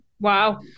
Wow